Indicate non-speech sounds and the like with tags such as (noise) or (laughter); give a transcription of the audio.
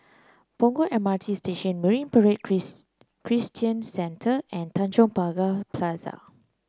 Punggol M R T Station Marine Parade (unintelligible) Christian Centre and Tanjong Pagar Plaza